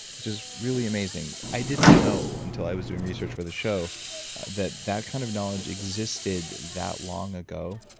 which is really amazing. i didn't know until i was doing research for the show that that kind of knowledge existed that long ago,